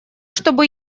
чтобы